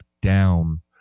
down